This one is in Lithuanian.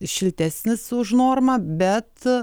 šiltesnis už normą bet